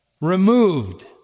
removed